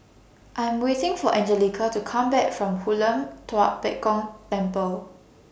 I Am waiting For Angelica to Come Back from Hoon Lam Tua Pek Kong Temple